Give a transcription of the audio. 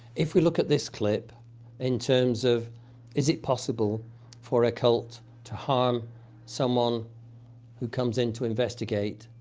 if we look at this clip in terms of is it possible for a cult to harm someone who comes in to investigate,